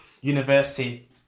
university